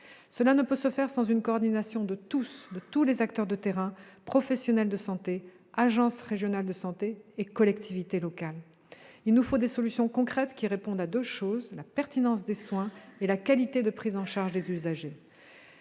Cela ne peut se faire sans une coordination de tous les acteurs de terrain, professionnels de santé, agences régionales de santé et collectivités locales. Il nous faut des solutions concrètes qui apportent des réponses en termes de pertinence des soins et de qualité de prise en charge des usagers.